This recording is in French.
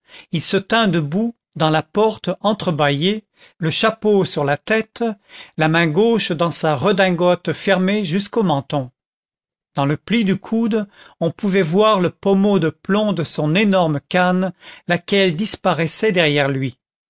il se tint debout dans la porte entrebâillée le chapeau sur la tête la main gauche dans sa redingote fermée jusqu'au menton dans le pli du coude on pouvait voir le pommeau de plomb de son énorme canne laquelle disparaissait derrière lui